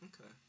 Okay